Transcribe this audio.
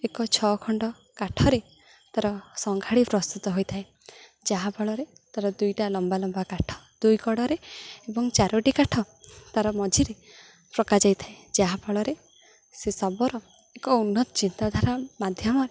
ଏକ ଛଅ ଖଣ୍ଡ କାଠରେ ତା'ର ସଂଗାଡ଼ି ପ୍ରସ୍ତୁତ ହୋଇଥାଏ ଯାହାଫଳରେ ତା'ର ଦୁଇଟା ଲମ୍ବା ଲମ୍ବା କାଠ ଦୁଇ କଡ଼ରେ ଏବଂ ଚାରୋଟି କାଠ ତା'ର ମଝିରେ ପକାଯାଇ ଥାଏ ଯାହାଫଳରେ ସେ ଶବର ଏକ ଉନ୍ନତ ଚିନ୍ତାଧାରା ମାଧ୍ୟମରେ